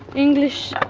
english,